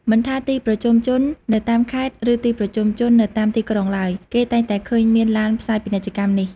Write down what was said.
មិនថាទីប្រជុំជននៅតាមខេត្ត ឬទីប្រជុំជននៅតាមទីក្រុងឡើយ គេតែងតែឃើញមានឡានផ្សាយពាណិជ្ជកម្មនេះ។